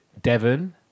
Devon